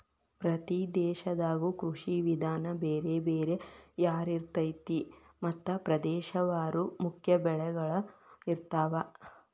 ಪ್ರತಿ ದೇಶದಾಗು ಕೃಷಿ ವಿಧಾನ ಬೇರೆ ಬೇರೆ ಯಾರಿರ್ತೈತಿ ಮತ್ತ ಪ್ರದೇಶವಾರು ಮುಖ್ಯ ಬೆಳಗಳು ಇರ್ತಾವ